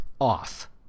off